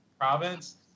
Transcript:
province